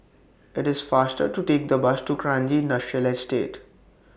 IT IS faster to Take The Bus to Kranji Industrial Estate